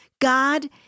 God